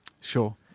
Sure